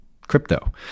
crypto